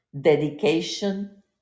dedication